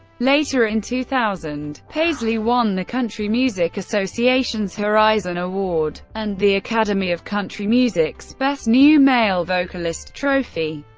later in two thousand, paisley won the country music association's horizon award and the academy of country music's best new male vocalist trophy.